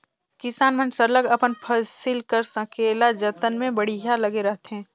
किसान मन सरलग अपन फसिल कर संकेला जतन में बड़िहा लगे रहथें